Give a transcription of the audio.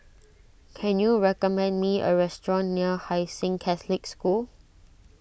can you recommend me a restaurant near Hai Sing Catholic School